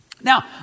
Now